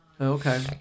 Okay